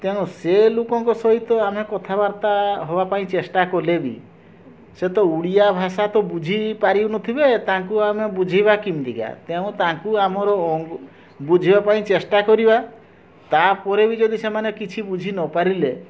ତେଣୁ ସେ ଲୋକଙ୍କ ସହିତ ଆମେ କଥାବାର୍ତ୍ତା ହେବା ପାଇଁ ଚେଷ୍ଟା କଲେ ବି ସେ ତ ଓଡ଼ିଆ ଭାଷା ତ ବୁଝି ପାରୁ ନଥିବେ ତାଙ୍କୁ ଆଉ ଆମେ ବୁଝେଇବା କେମିତି ତେଣୁ ତାଙ୍କୁ ଆମର ବୁଝେଇବା ପାଇଁ ଚେଷ୍ଟା କରିବା ତା'ପରେ ବି ଯଦି ସେମାନେ କିଛି ବୁଝି ନ ପାରିଲେ